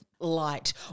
light